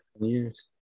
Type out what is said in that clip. years